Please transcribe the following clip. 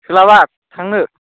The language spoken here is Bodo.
सोलाबा थांनो